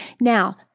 Now